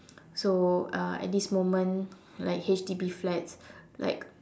so uh at this moment like H_D_B flats like